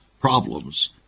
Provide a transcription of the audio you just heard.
problems